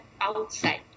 outside